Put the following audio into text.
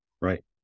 Right